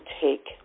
take